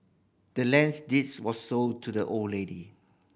the land's deeds was sold to the old lady